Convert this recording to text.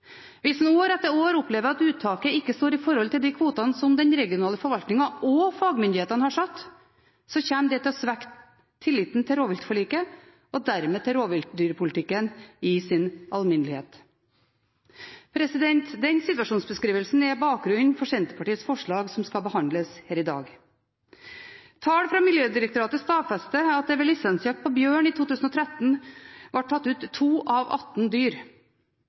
Hvis en år etter år opplever at uttaket ikke står i forhold til de kvotene som den regionale forvaltningen og fagmyndighetene har satt, kommer det til å svekke tilliten til rovviltforliket og dermed til rovdyrpolitikken i sin alminnelighet. Denne situasjonsbeskrivelsen er bakgrunnen for Senterpartiets forslag som skal behandles her i dag. Tall fra Miljødirektoratet stadfester at det ved lisensjakt på bjørn i 2013 ble tatt ut 2 av en kvote på 18 dyr.